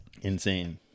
Insane